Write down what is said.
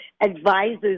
advisors